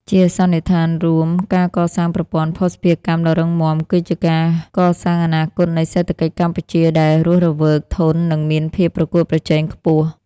ជាសន្និដ្ឋានរួម ការកសាងប្រព័ន្ធភស្តុភារកម្មដ៏រឹងមាំ គឺជាការកសាងអនាគតនៃសេដ្ឋកិច្ចកម្ពុជាដែលរស់រវើក ធន់ និងមានភាពប្រកួតប្រជែងខ្ពស់។